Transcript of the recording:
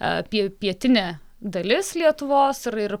a pie pietinė dalis lietuvos ir ir